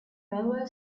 railway